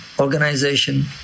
organization